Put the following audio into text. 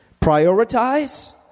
Prioritize